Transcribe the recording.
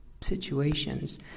situations